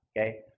okay